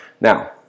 Now